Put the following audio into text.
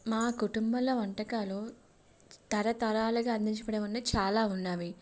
మా కుటుంబంలో వంటకాలు తరతరాలుగా అందించబడేవి ఉన్నాయి చాలా ఉన్నవి